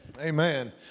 Amen